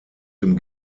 dem